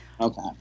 Okay